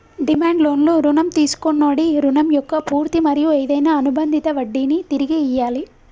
demand లోన్లు రుణం తీసుకొన్నోడి రుణం మొక్క పూర్తి మరియు ఏదైనా అనుబందిత వడ్డినీ తిరిగి ఇయ్యాలి